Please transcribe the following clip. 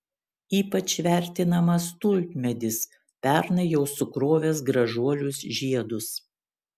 ypač vertinamas tulpmedis pernai jau sukrovęs gražuolius žiedus